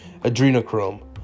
adrenochrome